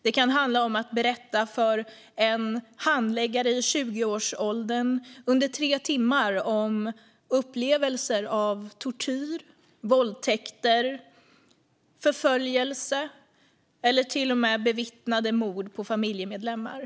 Det kan handla om att berätta för en handläggare i 20-årsåldern under tre timmar om upplevelser av tortyr, våldtäkter, förföljelse eller till och med bevittnade mord på familjemedlemmar.